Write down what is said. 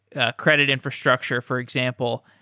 ah credit infrastructure, for example.